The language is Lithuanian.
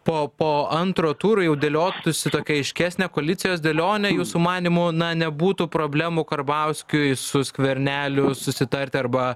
po po antro turo jau dėliotųsi tokia aiškesnė koalicijos dėlionė jūsų manymu na nebūtų problemų karbauskiui su skverneliu susitarti arba